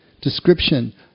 description